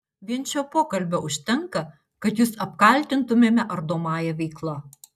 vien šio pokalbio užtenka kad jus apkaltintumėme ardomąja veikla